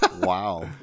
Wow